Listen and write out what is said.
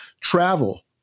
Travel